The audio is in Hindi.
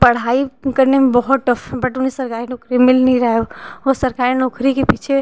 पढ़ाई करने में बहुत टफ़ बट उन्हे सरकारी नौकरी मिल नही रहा है वो सरकारी नौकरी के पीछे